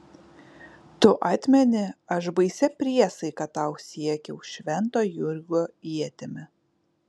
tu atmeni aš baisia priesaika tau siekiau švento jurgio ietimi